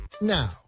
now